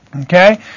Okay